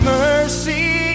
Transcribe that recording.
mercy